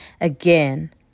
Again